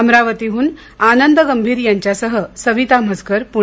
अमरावतीहन आनंद गंभीर यांच्यासह सविता म्हसकर पुणे